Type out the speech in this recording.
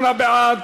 28 בעד,